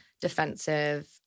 Defensive